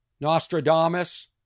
Nostradamus